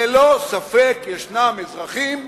ללא ספק ישנם אזרחים,